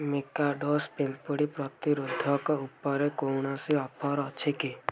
ମିକାଡ଼ୋସ୍ ପିମ୍ପୁଡ଼ି ପ୍ରତିରୋଧକ ଉପରେ କୌଣସି ଅଫର୍ ଅଛି କି